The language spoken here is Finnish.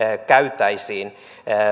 käytäisiin